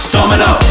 Domino